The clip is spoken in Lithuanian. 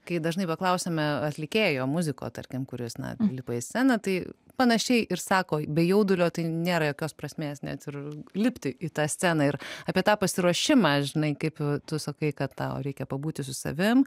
kai dažnai paklausiame atlikėjo muziko tarkim kuris na lipa į sceną tai panašiai ir sako be jaudulio tai nėra jokios prasmės net ir lipti į tą sceną ir apie tą pasiruošimą žinai kaip tu sakai kad tau reikia pabūti su savim